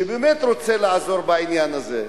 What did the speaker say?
שבאמת רוצה לעזור בעניין הזה.